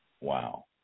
Wow